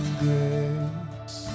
grace